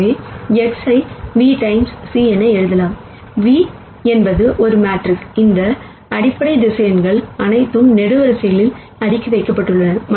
எனவே X̂ ஐ v times c என எழுதலாம் v என்பது ஒரு மேட்ரிக்ஸ் இந்த அடிப்படை வெக்டார்கள் அனைத்தும் காலம்கள்களில் அடுக்கி வைக்கப்பட்டுள்ளன